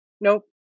Nope